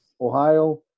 Ohio